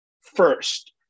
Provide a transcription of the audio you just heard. first